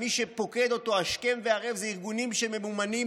שמי שפוקד אותו השכם והערב זה ארגונים שממומנים